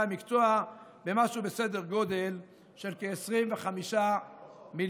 המקצוע במשהו בסדר גודל של כ-25 מיליון